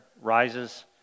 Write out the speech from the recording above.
rises